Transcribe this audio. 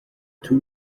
two